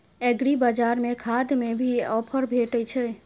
एग्रीबाजार में खाद में भी ऑफर भेटय छैय?